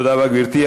תודה רבה, גברתי.